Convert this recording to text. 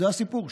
זה הסיפור.